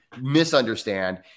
misunderstand